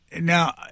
Now